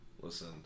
Listen